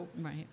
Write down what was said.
Right